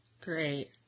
Great